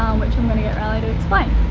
um which i'm going to get riley to explain.